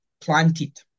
planted